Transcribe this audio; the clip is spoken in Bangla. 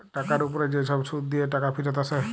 টাকার উপ্রে যে ছব সুদ দিঁয়ে টাকা ফিরত আসে